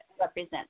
represent